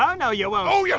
ah no, you won't. oh, yes,